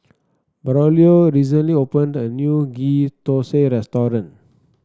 Braulio recently opened a new Ghee Thosai restaurant